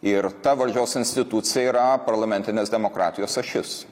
ir ta valdžios institucija yra parlamentinės demokratijos ašis